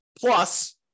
Plus